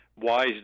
wise